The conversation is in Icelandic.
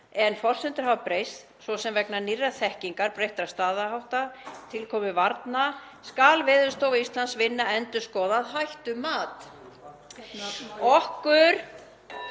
en forsendur hafa breyst, svo sem vegna nýrrar þekkingar, breyttra staðhátta, tilkomu varna, skal Veðurstofa Íslands vinna endurskoðað hættumat. Okkur